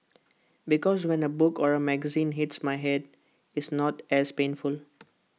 because when A book or A magazine hits my Head it's not as painful